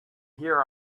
here